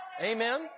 Amen